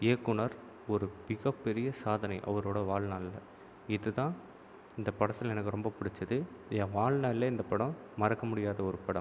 இயக்குனர் ஒரு மிகப்பெரிய சாதனை அவரோடய வாழ்நாளில் இதுதான் இந்த படத்தில் எனக்கு ரொம்ப பிடிச்சது என் வாழ்நாள்லேயே இந்த படம் மறக்க முடியாத ஒரு படம்